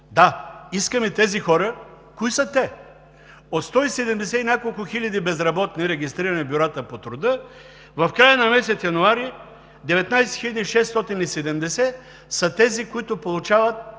Кои са тези хора? От 170 и няколко хиляди безработни, регистрирани в бюрата по труда, в края на месец януари 19 670 са тези, които получават